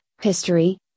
History